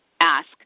ask